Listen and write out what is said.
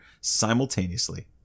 simultaneously